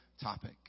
topic